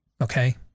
okay